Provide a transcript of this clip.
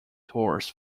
tours